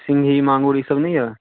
सिङही माङुर ईसभ नहि यए